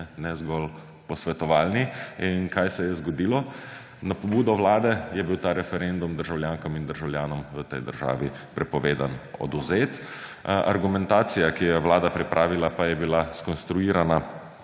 ne zgolj posvetovalni – in kaj se je zgodilo? Na pobudo Vlade je bil ta referendum državljankam in državljanom v tej državi prepovedan, odvzet. Argumentacija, ki jo je Vlada pripravila, pa je bila skonstruirana